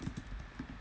no